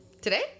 Today